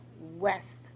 west